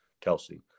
Kelsey